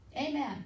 Amen